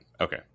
Okay